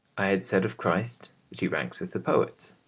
i had said of christ that he ranks with the poets.